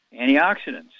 antioxidants